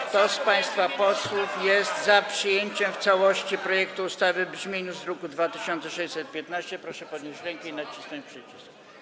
Kto z państwa posłów jest za przyjęciem w całości projektu ustawy w brzmieniu z druku nr 2615, proszę podnieść rękę i nacisnąć przycisk.